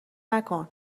نکن